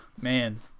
man